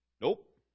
Nope